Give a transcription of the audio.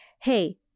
hey